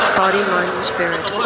body-mind-spirit